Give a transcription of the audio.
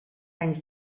anys